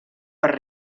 per